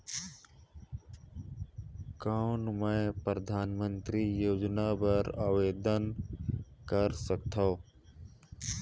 कौन मैं परधानमंतरी योजना बर आवेदन कर सकथव?